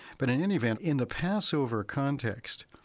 but in any event, in the passover context,